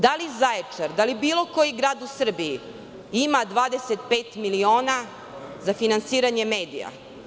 Da li Zaječar, da li bilo koji grad u Srbiji ima 25 miliona za finansiranje medija?